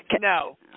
no